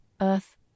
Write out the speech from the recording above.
Earth